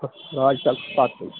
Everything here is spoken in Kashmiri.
راج